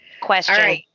Question